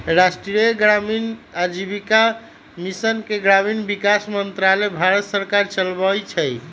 राष्ट्रीय ग्रामीण आजीविका मिशन के ग्रामीण विकास मंत्रालय भारत सरकार चलाबै छइ